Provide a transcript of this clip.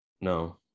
No